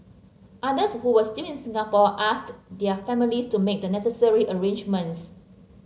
others who were still in Singapore asked their families to make the necessary arrangements